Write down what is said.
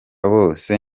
bose